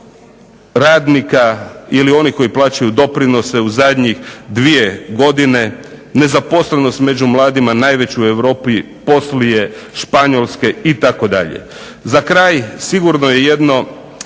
radnika ili onih koji plaćaju doprinose u zadnjih dvije godine, nezaposlenost među mladima najveću u Europi poslije Španjolske itd. Za kraj sigurno je jedno